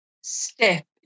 step